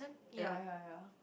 ya ya ya